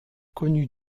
connue